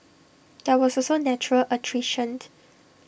there was also natural attrition